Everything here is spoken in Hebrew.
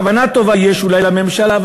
כוונה טובה יש אולי לממשלה,